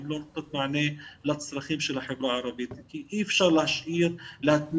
הן לא נותנות מענה לצרכים של החברה הערבית כי אי אפשר להשאיר להתמיד,